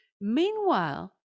Meanwhile